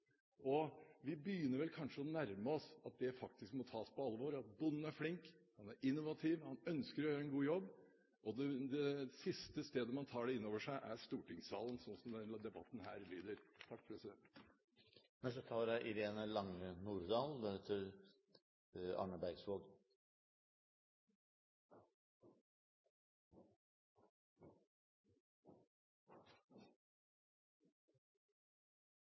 alvor. Vi begynner vel kanskje å nærme oss at det faktisk må tas på alvor. Bonden er flink, han er innovativ og ønsker å gjøre en god jobb. Det siste stedet man tar det inn over seg, er i stortingssalen, slik denne debatten lyder.